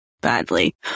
badly